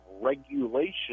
regulation